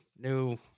New